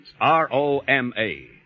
R-O-M-A